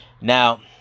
Now